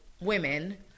women